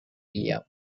william